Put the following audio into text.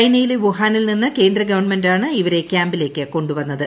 ചൈനയിലെ വുഹാനിൽ നിന്ന് കേന്ദ്ര ഗവൺമെന്റ് ആണ് ഇവരെ ക്യാമ്പിലേയ്ക്ക് കൊുവന്നത്